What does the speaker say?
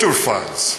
voter files.